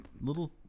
little